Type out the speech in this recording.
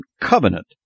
covenant